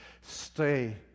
Stay